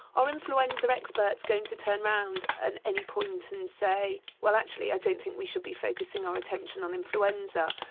are influenza experts going to turn round at any point and say, well actually, i don't think we should be focusing on attention on influenza'.